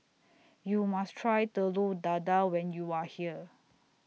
YOU must Try Telur Dadah when YOU Are here